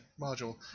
module